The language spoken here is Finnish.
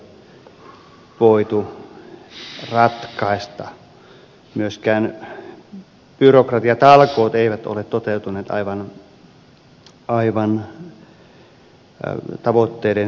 myöskään byrokratiatalkoot eivät ole toteutuneet aivan tavoitteiden mukaisesti